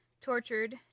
tortured